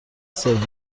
سوم